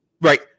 Right